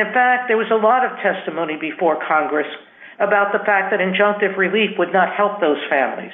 in fact there was a lot of testimony before congress about the fact that injunctive relief would not help those families